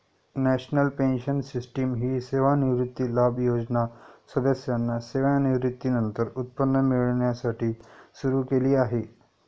national pension system ही सेवानिवृत्ती लाभ योजना सदस्यांना सेवानिवृत्तीनंतर उत्पन्न मिळण्यासाठी सुरू केली आहे